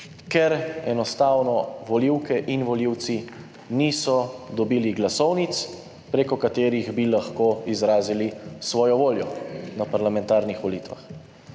Ker enostavno volivke in volivci niso dobili glasovnic, preko katerih bi lahko izrazili svojo voljo na parlamentarnih volitvah.